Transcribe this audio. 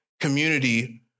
community